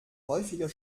häufiger